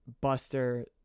Buster